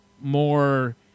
more